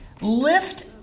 Lift